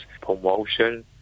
promotion